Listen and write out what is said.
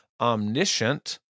omniscient